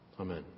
Amen